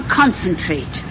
concentrate